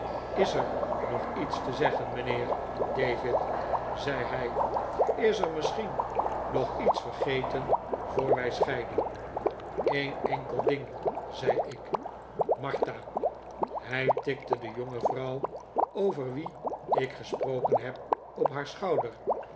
is ef nog iets te zeggen mijnheer david zei hij is er misschien nog iets vergeten voor wij scheiden een enkel ding zei ik martha hij tikte de jonge vrouw over wie ik gesproken heb op haar schouder